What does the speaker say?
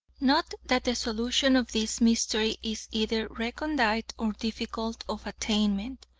not that the solution of this mystery is either recondite or difficult of attainment.